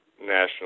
National